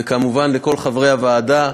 וכמובן לכל חברי הוועדה,